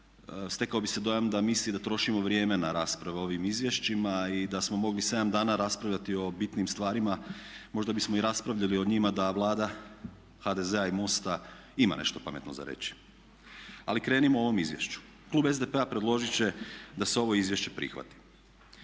stekao bi se dojam da misli da trošimo vrijeme na rasprave o ovim izvješćima i da smo mogli 7 dana raspravljati o bitnim stvarima možda bismo i raspravili o njima da Vlada HDZ-a i MOST-a ima nešto pametno za reći. Ali krenimo o ovom izvješću. Klub SDP-a predložit će da se ovo izvješće prihvati.